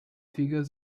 figures